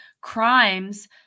crimes